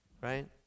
Right